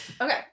Okay